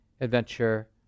adventure